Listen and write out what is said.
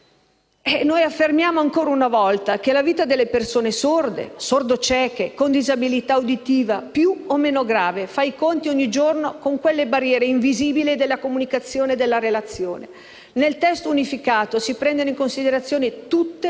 Nel testo unificato si prendono in considerazione tutte le diverse esperienze di vita, le scelte familiari e la complessità della sordità, affermando innanzitutto il principio della libertà di scelta, il principio di trovarsi all'interno di una comunità educante, che si